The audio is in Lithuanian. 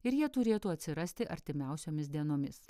ir jie turėtų atsirasti artimiausiomis dienomis